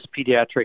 pediatric